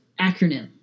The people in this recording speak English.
acronym